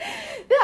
then